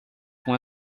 com